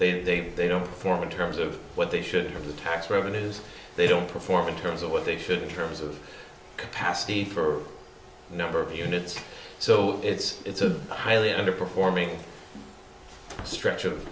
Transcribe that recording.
say they don't perform in terms of what they should or the tax revenues they don't perform in terms of what they should in terms of capacity for number of units so it's it's a highly underperforming stretch of